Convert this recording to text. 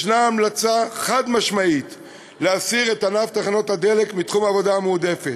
יש המלצה חד-משמעית להסיר את ענף תחנות הדלק מתחום העבודה המועדפת.